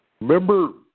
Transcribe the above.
Remember